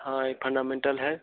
हाँ ये फंडामेंटल है